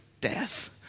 death